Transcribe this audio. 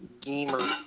Gamer